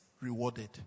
rewarded